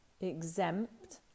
exempt